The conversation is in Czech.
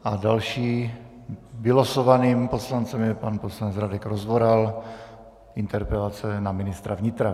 A dalším vylosovaným poslancem je pan poslanec Radek Rozvoral, interpelace na ministra vnitra.